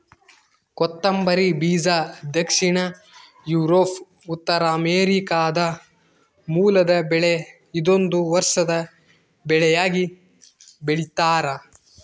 ಕೊತ್ತಂಬರಿ ಬೀಜ ದಕ್ಷಿಣ ಯೂರೋಪ್ ಉತ್ತರಾಮೆರಿಕಾದ ಮೂಲದ ಬೆಳೆ ಇದೊಂದು ವರ್ಷದ ಬೆಳೆಯಾಗಿ ಬೆಳ್ತ್ಯಾರ